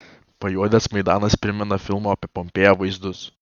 pajuodęs maidanas primena filmo apie pompėją vaizdus